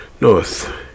North